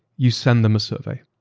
you send them a survey.